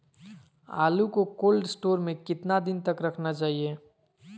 आलू को cold store में कितना दिन तक रखना चाहिए?